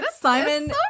simon